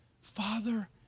Father